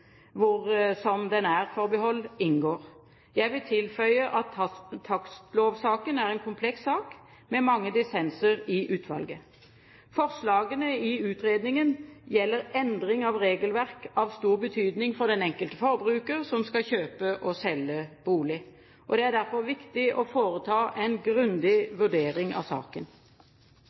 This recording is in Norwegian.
hvor «som den er»-forbehold inngår. Jeg vil tilføye at takstlovsaken er en kompleks sak, med mange dissenser i utvalget. Forslagene i utredningen gjelder endring av regelverk av stor betydning for den enkelte forbruker som skal kjøpe og selge bolig. Det er derfor viktig å foreta en grundig vurdering av saken.